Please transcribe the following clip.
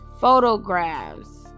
photographs